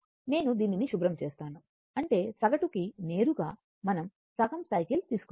నేను దీనిని శుభ్రం చేస్తాను అంటే సగటుకి నేరుగా మనం సగం సైకిల్ తీసుకుంటున్నాము